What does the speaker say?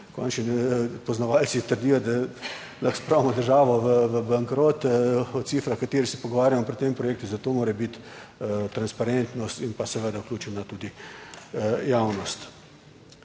Končni poznavalci trdijo, da lahko spravimo državo v bankrot, cifra o kateri se pogovarjamo pri tem projektu, zato mora biti transparentnost in pa seveda vključena tudi javnost.